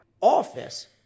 office